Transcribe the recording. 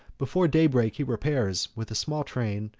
before daybreak, he repairs, with a small train,